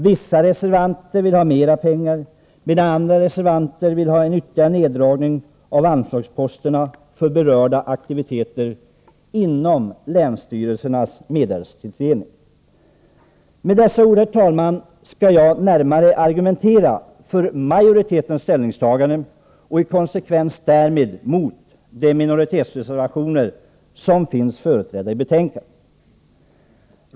Vissa reservationer vill ha mer pengar, medan andra reservationer vill ha en ytterligare neddragning av anslagsposterna för berörda verksamheter inom länsstyrelsernas medelstilldelning. Jag skall här närmare argumentera för majoritetens ställningstagande och i konsekvens därmed mot minoritetsreservationerna i betänkandet.